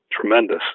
tremendous